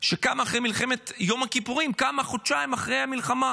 שקמה אחרי מלחמת יום הכיפורים קמה חודשיים אחרי המלחמה,